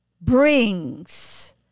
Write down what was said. brings